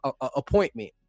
appointment